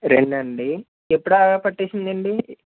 రెండు అండి ఎప్పుడు ఎలా పట్టేసిందండి